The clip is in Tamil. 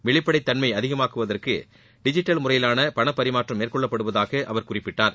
வெளிப்படைத் தன்மையை அதிகமாக்குவதற்கு டிஜிட்டல் முறையிலான பண பரிமாற்றம் மேற்கொள்ளப்படுவதாக அவர் குறிப்பிட்டார்